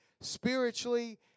spiritually